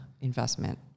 investment